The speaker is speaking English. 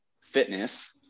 fitness